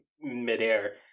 midair